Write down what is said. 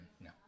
No